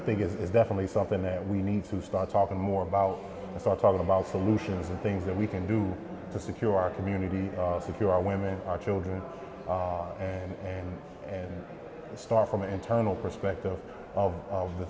i think it is definitely something that we need to start talking more about start talking about solutions and things that we can do to secure our community secure our women our children and and and start from an internal perspective of